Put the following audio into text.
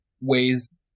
ways